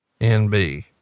NB